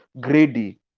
greedy